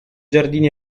giardini